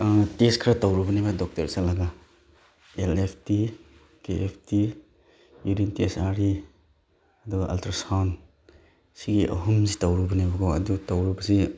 test ꯈꯔ ꯇꯧꯔꯨꯕꯅꯦꯕ doctor ꯆꯠꯂꯒ L F T T F T urine test R E ꯑꯗꯨꯒ ꯑꯜꯇ꯭ꯔꯥ ꯁꯥꯎꯟ ꯁꯤꯒꯤ ꯑꯍꯨꯝꯁꯤ ꯇꯧꯔꯨꯕꯅꯦꯕꯀꯣ ꯑꯗꯨ ꯇꯧꯔꯨꯕꯁꯦ